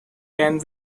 can